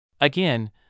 Again